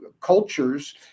cultures